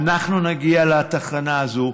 אנחנו נגיע לתחנה הזו,